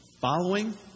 Following